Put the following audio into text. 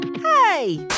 Hey